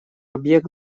объект